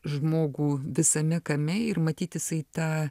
žmogų visame kame ir matyt jisai tą